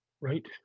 right